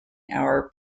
hour